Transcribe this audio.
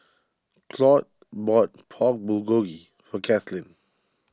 Claud bought Pork Bulgogi for Kathlene